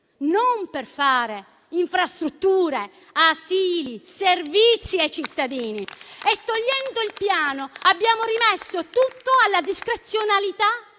non per fare infrastrutture, asili, servizi ai cittadini. Togliendo il Piano abbiamo rimesso tutto alla discrezionalità